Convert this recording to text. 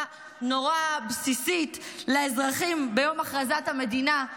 נורא בסיסית לאזרחים ביום הכרזת המדינה,